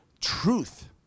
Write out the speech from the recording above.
truth